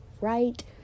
right